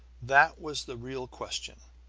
that was the real question!